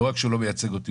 לא רק שהוא לא מייצג אותי,